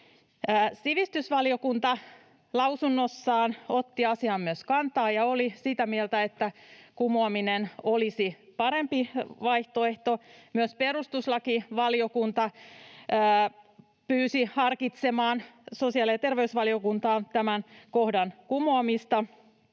sivistysvaliokunta lausunnossaan otti asiaan kantaa ja oli sitä mieltä, että kumoaminen olisi parempi vaihtoehto, ja myös perustuslakivaliokunta pyysi sosiaali- ja terveysvaliokuntaa harkitsemaan tämän kohdan kumoamista.